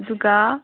ꯑꯗꯨꯒ